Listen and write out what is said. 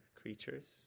creatures